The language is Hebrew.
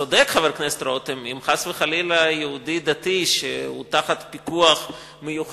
צודק חבר הכנסת רותם: אם חס וחלילה יהודי דתי שהוא תחת פיקוח מיוחד,